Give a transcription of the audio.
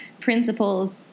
principles